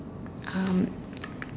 um